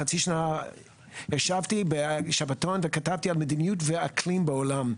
חצי שנה ישבתי בשבתון וכתבתי על מדיניות ואקלים בעולם.